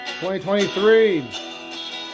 2023